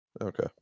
okay